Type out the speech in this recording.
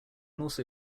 also